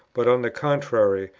but, on the contrary,